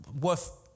worth